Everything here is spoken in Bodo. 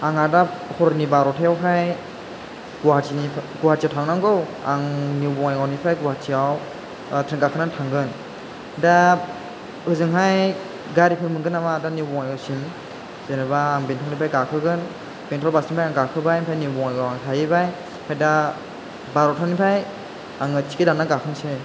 आं आदा हरनि बारथायावहाय गुवाहाटीयाव थांनांगौ आं निउ बङाइगावनिफ्राय गुवाहाटीयाव ट्रेन गाखोनानै थांगोन दा ओजोंहाय गारिफोर मोनगोन नामा निउ बङाइगावसिम जेनबा आं बेंतलनिफ्राय गाखोगोन बेंतल बास्टेन निफ्राय आं गाखोबाय ओमफ्राय आं निउ बङाइगाव आं थायैबाय दा बारथानिफ्राय आङो टिकेट दानना गाखोसै